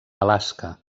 alaska